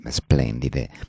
splendide